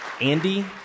Andy